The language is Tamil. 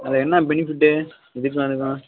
அது என்ன பெனிஃபிட்டு இதுக்கும் அதுக்கும்